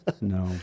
no